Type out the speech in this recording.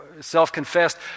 self-confessed